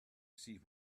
see